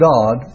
God